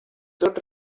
tot